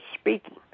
speaking